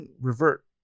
revert